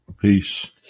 Peace